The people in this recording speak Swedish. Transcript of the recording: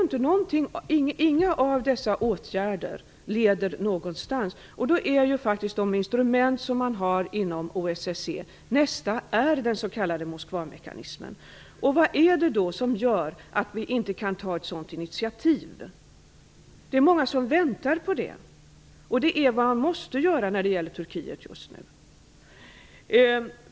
Inga av åtgärderna har lett någonstans. Av de instrument man har inom OSSE är nästa den s.k. Moskvamekanismen. Vad är det då som gör att vi inte kan ta ett sådant initiativ? Många väntar på det, och det är vad man måste göra nu när det gäller Turkiet.